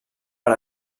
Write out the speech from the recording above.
per